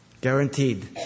Guaranteed